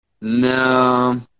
No